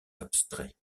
abstrait